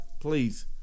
Please